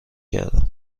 کردم